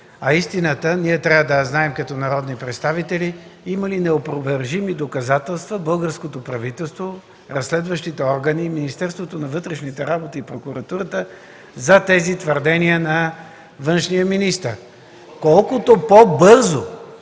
представители, трябва да знаем истината – има ли неопровержими доказателства българското правителство, разследващите органи, Министерството на вътрешните работи и прокуратурата за тези твърдения на външния министър? Колкото по-бързо